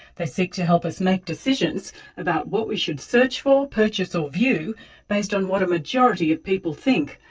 they seek to help us make decisions about what we should search for, purchase or view based on what a majority of people think.